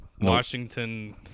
Washington